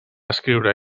escriure